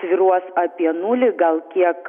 svyruos apie nulį gal kiek